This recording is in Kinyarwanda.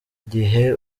gihe